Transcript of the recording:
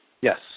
Yes